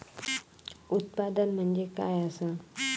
उत्पादन म्हणजे काय असा?